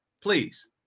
Please